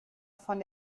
von